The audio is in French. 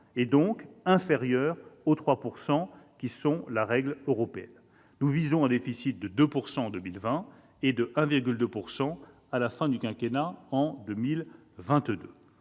2,3 %, inférieur aux 3 % de la règle européenne. Nous visons un déficit de 2 % en 2020 et de 1,2 % à la fin du quinquennat, en 2022.